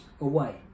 away